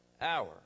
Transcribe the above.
hour